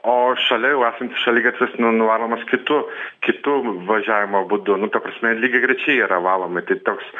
o šalia jau esantis šaligatvis nu nuvalomas kitu kitu važiavimo būdu nu ta prasme lygiagrečiai yra valoma tai tik toks